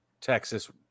Texas